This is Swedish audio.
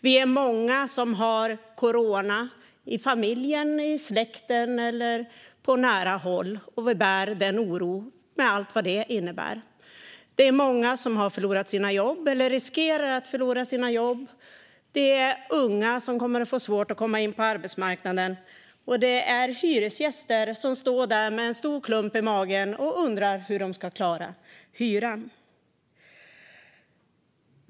Vi är många som har berörts av coronaviruset i familjen, i släkten eller på nära håll, och vi bär en oro - med allt vad det innebär. Det är många som har förlorat sina jobb, eller riskerar att förlora sina jobb. Unga kommer att få svårt att komma in på arbetsmarknaden, och hyresgäster står där med en stor klump i magen och undrar hur de ska klara hyran.